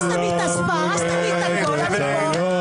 הרסתם לי את הספא, הרסתם לי את הכול, אני פה.